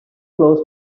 close